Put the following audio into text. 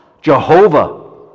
Jehovah